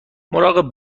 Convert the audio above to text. مراقب